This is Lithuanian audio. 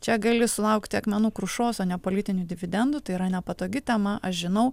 čia gali sulaukti akmenų krušos o ne politinių dividendų tai yra nepatogi tema aš žinau